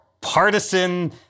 partisan